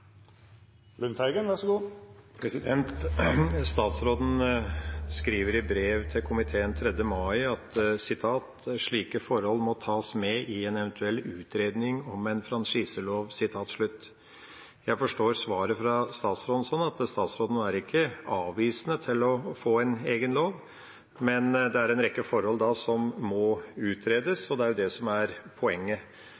Statsråden skriver i brev til komiteen 3. mai: «Slike forhold må tas med i en eventuell utredning om en franchiselov.» Jeg forstår svaret fra statsråden slik at hun ikke er avvisende til å få en egen lov, men at det er en rekke forhold som da må utredes